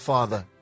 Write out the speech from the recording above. Father